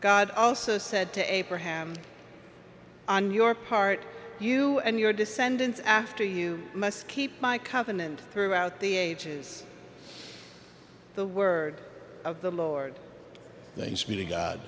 god also said to abraham on your part you and your descendants after you must keep my covenant throughout the ages the word of the lord